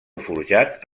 forjat